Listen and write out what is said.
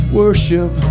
worship